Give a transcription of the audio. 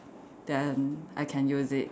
then I can use it